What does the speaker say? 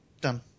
done